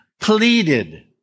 Pleaded